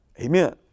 Amen